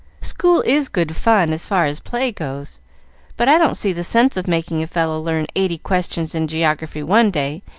school is good fun as far as play goes but i don't see the sense of making a fellow learn eighty questions in geography one day,